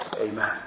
Amen